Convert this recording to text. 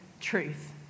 truth